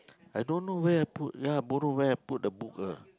I don't know where I put ya borrow where I put the book lah